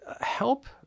help